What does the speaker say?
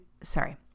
sorry